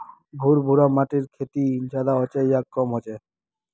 भुर भुरा माटिर खेती ज्यादा होचे या कम होचए?